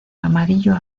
amarillo